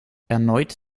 erneut